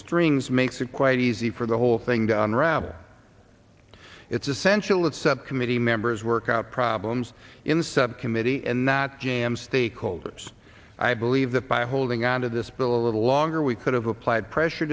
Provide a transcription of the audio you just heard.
strings makes it quite easy for the whole thing down rather it's essential that subcommittee members work out problems in subcommittee and not jam stakeholders i believe that by holding on to this bill a little longer we could have applied pressure